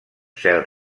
cel